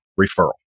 referral